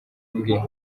bwe